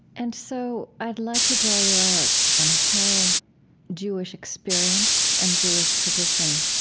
and so i'd like to draw you out on how jewish experience and jewish tradition